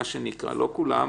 לא לכולן.